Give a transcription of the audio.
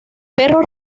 perros